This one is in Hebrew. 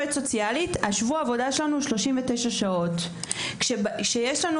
שבוע העבודה שלנו הוא 39 שעות ויש לנו